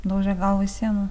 daužė galvą į sieną